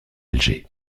alger